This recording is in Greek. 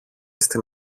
στην